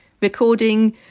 recording